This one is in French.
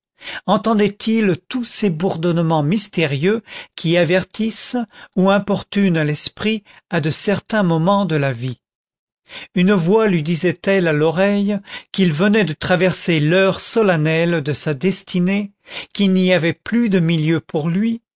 entendait il tous ces bourdonnements mystérieux qui avertissent ou importunent l'esprit à de certains moments de la vie une voix lui disait-elle à l'oreille qu'il venait de traverser l'heure solennelle de sa destinée qu'il n'y avait plus de milieu pour lui